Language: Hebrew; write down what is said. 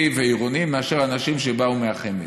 ועירוני מאשר אנשים שבאו מהחמ"ד.